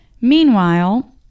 meanwhile